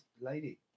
lady